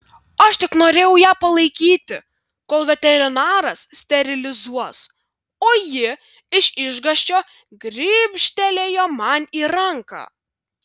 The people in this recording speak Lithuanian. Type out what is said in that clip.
aš tik norėjau ją palaikyti kol veterinaras sterilizuos o ji iš išgąsčio gribštelėjo man į ranką